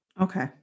Okay